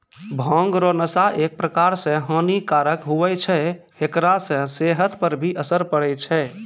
भांग रो नशा एक प्रकार से हानी कारक हुवै छै हेकरा से सेहत पर भी असर पड़ै छै